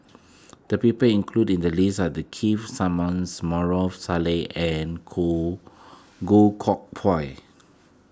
the people included in the list are the Keith Simmons Maarof Salleh and Goh Goh Koh Pui